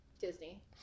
Disney